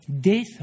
death